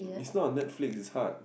it's not a Netflix it's hard